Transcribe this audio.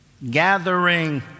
Gathering